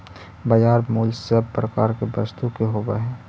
बाजार मूल्य सब प्रकार के वस्तु के होवऽ हइ